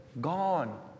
gone